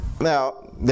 now